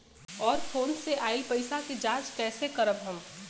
और फोन से आईल पैसा के जांच कैसे करब हम?